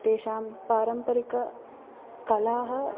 तेषां पारम्परिककलाः